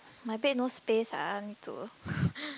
my bed no space ah need to